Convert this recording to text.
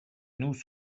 nous